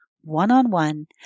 one-on-one